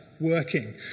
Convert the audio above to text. working